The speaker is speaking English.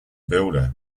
builder